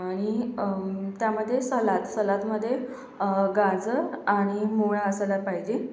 आणि त्यामध्ये सलाद सलादमध्ये गाजर आणि मुळा असायला पाहिजे